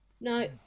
No